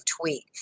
tweet